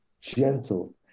gentle